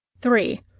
Three